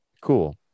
cool